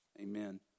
Amen